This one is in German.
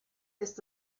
ist